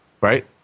right